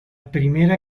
primera